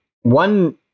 one